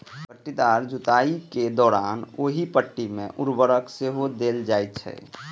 पट्टीदार जुताइ के दौरान ओहि पट्टी मे उर्वरक सेहो देल जाइ छै